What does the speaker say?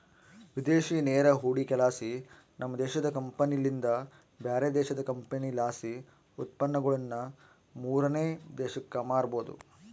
ವಿದೇಶಿ ನೇರ ಹೂಡಿಕೆಲಾಸಿ, ನಮ್ಮ ದೇಶದ ಕಂಪನಿಲಿಂದ ಬ್ಯಾರೆ ದೇಶದ ಕಂಪನಿಲಾಸಿ ಉತ್ಪನ್ನಗುಳನ್ನ ಮೂರನೇ ದೇಶಕ್ಕ ಮಾರಬೊದು